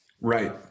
Right